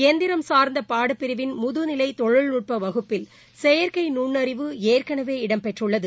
எந்திரம் சார்ந்த பாடப்பிரிவின் முதுநிலை தொழில்நுட்ப வகுப்பில் செயற்கை நுண்ணறிவு ஏற்கனவே இடம்பெற்றுள்ளது